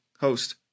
host